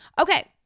Okay